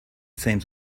seems